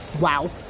Wow